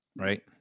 Right